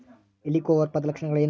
ಹೆಲಿಕೋವರ್ಪದ ಲಕ್ಷಣಗಳೇನು?